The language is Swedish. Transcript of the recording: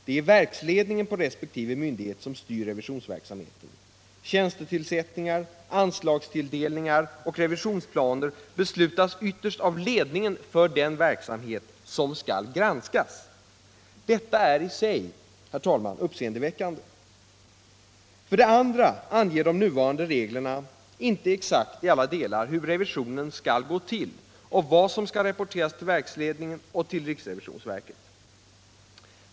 Det är verksledningen på resp. myndighet som styr revisionsverksamheten. Tjänstetillsättningar, anslagstilldelningar och revisionsplaner beslutas ytterst av ledningen för den verksamhet som skall granskas. Detta är i sig uppseendeväckande. För det andra anger de nuvarande reglerna inte exakt i alla delar hur revisionen skall gå till och vad som skall rapporteras till verksledningen och till riksrevisionsverket.